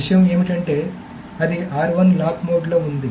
విషయం ఏమిటంటే అది లాక్ మోడ్ లో ఉంది